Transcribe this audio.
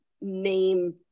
name